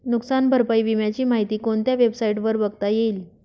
नुकसान भरपाई विम्याची माहिती कोणत्या वेबसाईटवर बघता येईल?